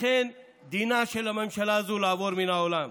לכן, דינה של הממשלה הזאת הוא לעבור מהעולם.